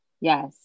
Yes